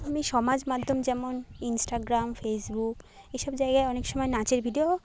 আমি সমাজ মাধ্যম যেমন ইন্সটাগ্রাম ফেসবুক এসব জায়গায় অনেক সময় নাচের ভিডিও